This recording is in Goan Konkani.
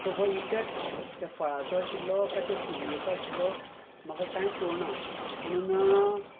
सो हो इफेक्ट त्या फळाचो आशिल्लो काय ते सुऱ्येचो आशिल्लो म्हाका कांय कळुना पुणून